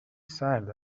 سرد